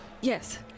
Yes